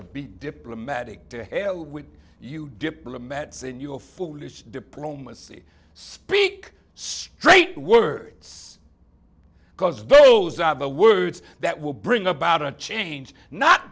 to be diplomatic to hell with you diplomats and your foolish diplomacy speak straight words because those are the words that will bring about a change not